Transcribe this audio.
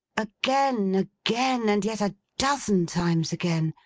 again, again, and yet a dozen times again.